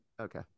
Okay